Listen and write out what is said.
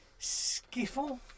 Skiffle